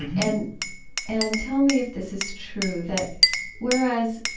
and and tell me if this is true, that whereas,